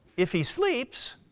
if he sleeps